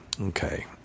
Okay